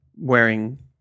Wearing